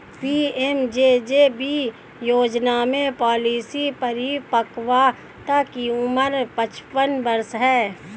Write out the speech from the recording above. PMJJB योजना में policy परिपक्वता की उम्र पचपन वर्ष है